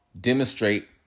demonstrate